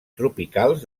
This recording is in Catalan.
tropicals